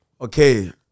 okay